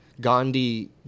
Gandhi